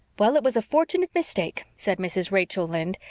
well, it was a fortunate mistake, said mrs. rachel lynde,